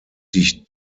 sich